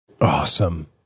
awesome